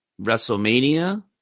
WrestleMania